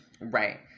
Right